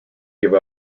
give